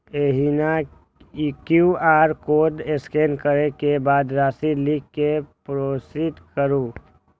एहिना QR code scan करै के बाद राशि लिख कें प्रोसीड करू